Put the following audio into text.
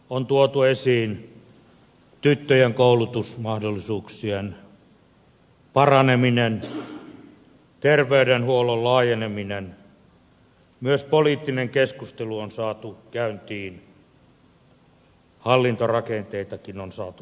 on tuotu esiin tyttöjen koulutusmahdollisuuksien paraneminen terveydenhuollon laajeneminen myös poliittinen keskustelu on saatu käyntiin hallintorakenteitakin on saatu luoduksi